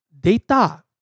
Data